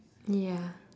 ya